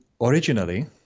Originally